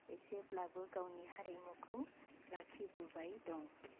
एसेब्लाबो गावनि हारिमुखौ लाखिबोबाय दं